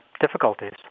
difficulties